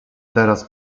teraz